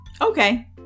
Okay